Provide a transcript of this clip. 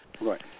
Right